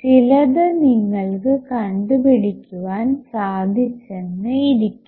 ചിലതു നിങ്ങൾക്ക് കണ്ടുപിടിക്കുവാൻ സാധിച്ചെന്നു ഇരിക്കും